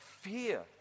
fear